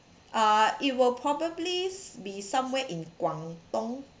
uh it will probably s~ be somewhere in guangdong